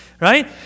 right